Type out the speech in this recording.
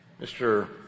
Mr